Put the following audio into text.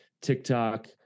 TikTok